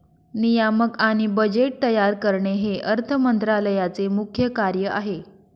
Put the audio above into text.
नियामक आणि बजेट तयार करणे हे अर्थ मंत्रालयाचे मुख्य कार्य आहे